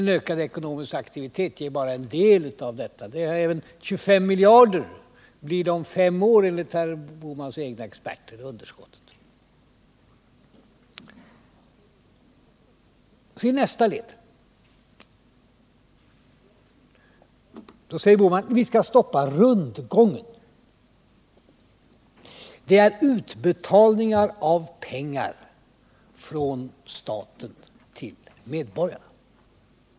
En ökad ekonomisk aktivitet ger bara en del. 25 miljarder kronor blir underskottet om fem år enligt herr Bohmans egna experter. Sedan nästa led. Herr Bohman säger: Vi skall stoppa rundgången. Det är utbetalningar av pengar från staten till medborgarna.